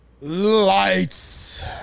lights